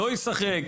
לא אשחק,